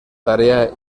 tarea